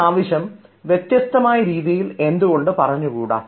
ഈ ആവശ്യം വ്യത്യസ്തമായ രീതിയിൽ എന്തുകൊണ്ട് പറഞ്ഞുകൂടാ